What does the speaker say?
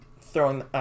throwing